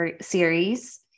series